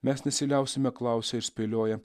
mes nesiliausime klausę ir spėlioję